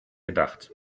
gedacht